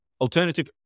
alternative